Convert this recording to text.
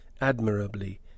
admirably